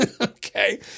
okay